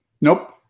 Nope